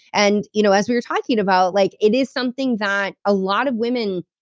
and, you know as we were talking about, like it is something that a lot of women.